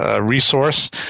Resource